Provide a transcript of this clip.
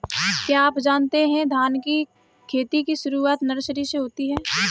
क्या आप जानते है धान की खेती की शुरुआत नर्सरी से होती है?